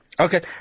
Okay